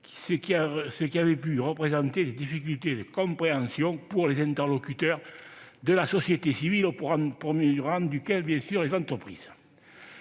ce qui avait pu représenter des difficultés de compréhension pour les interlocuteurs de la société civile, au premier rang desquels se trouvaient bien sûr les entreprises.